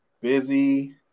busy